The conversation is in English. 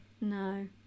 No